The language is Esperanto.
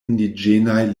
indiĝenaj